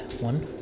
One